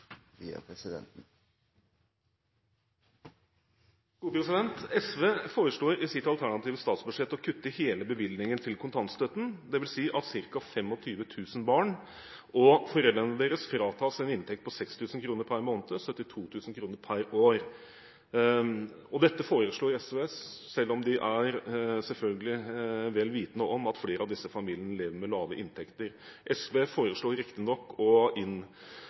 via presidenten. SV foreslår i sitt alternative statsbudsjett å kutte hele bevilgningen til kontantstøtten. Det vil si at ca. 25 000 barn og foreldrene deres fratas en inntekt på 6 000 kr per måned, 72 000 kr per år. Dette foreslår SV, selv om de selvfølgelig er vel vitende om at flere av disse familiene lever med lave inntekter. SV foreslår riktignok å